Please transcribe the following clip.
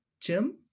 Jim